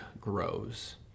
grows